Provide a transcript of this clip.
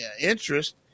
interest